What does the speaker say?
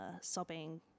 sobbing